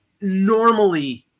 normally